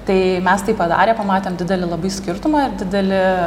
tai mes tai padarę pamatėm didelį labai skirtumą ir didelį